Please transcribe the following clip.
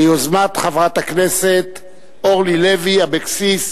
ביוזמת חברת הכנסת אורלי לוי אבקסיס,